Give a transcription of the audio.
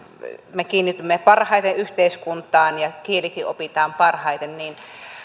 me kiinnitymme parhaiten yhteiskuntaan ja kielikin opitaan parhaiten niin